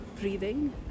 breathing